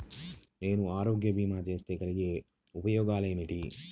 నేను ఆరోగ్య భీమా చేస్తే కలిగే ఉపయోగమేమిటీ?